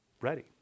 ready